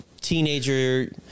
teenager